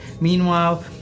Meanwhile